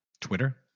Twitter